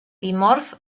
dimorf